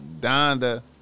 Donda